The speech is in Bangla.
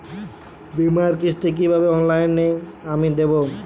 বীমার কিস্তি কিভাবে অনলাইনে আমি দেবো?